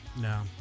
No